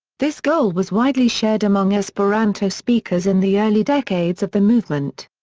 this goal was widely shared among esperanto speakers in the early decades of the movement.